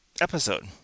episode